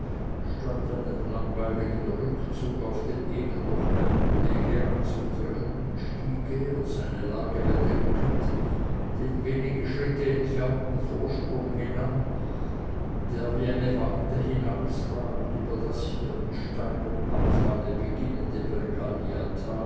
statt einen langweiligen rückzug auf dem eben durcheilten wege anzutreten stieg er seine lage bedenkend den wenige schritte entfernten vorsprung hinan der wie eine warte hinausragt über das hier mit steilem abfalle beginnende